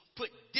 put